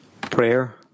Prayer